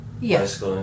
Yes